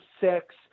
Six